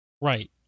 Right